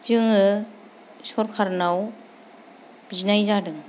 जोङो सरकारनाव बिनाय जादों